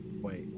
wait